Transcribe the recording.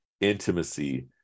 intimacy